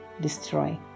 destroy